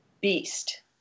beast